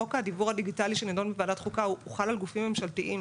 חוק הדיוור הדיגיטלי שנדון בוועדת חוקה חל על גופים ממשלתיים.